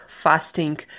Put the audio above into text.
fasting